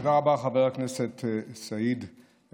תודה רבה על השאלה, חבר הכנסת סעיד אלחרומי.